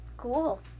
Cool